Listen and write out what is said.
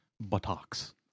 buttocks